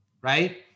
Right